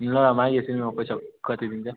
ल मागिहेर्छु नि म पैसा कति दिन्छ